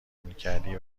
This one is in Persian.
میکردی